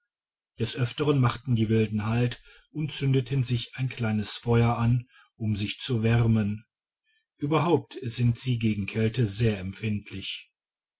des öfteren machten die wilden halt und zündeten sich ein kleines feuer an um sich zu wärmen ueberhaupt sind sie gegen kälte sehr empfindlich